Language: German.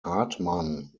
hartmann